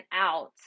out